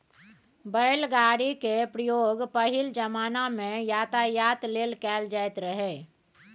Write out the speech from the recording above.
बैलगाड़ी केर प्रयोग पहिल जमाना मे यातायात लेल कएल जाएत रहय